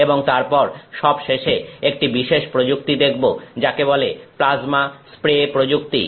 এবং তারপর সবশেষে একটি বিশেষ প্রযুক্তি দেখবো যাকে বলে প্লাজমা স্প্রে প্রযুক্তি